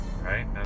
right